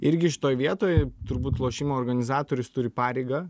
irgi šitoj vietoj turbūt lošimų organizatorius turi pareigą